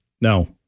No